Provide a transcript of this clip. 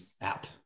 app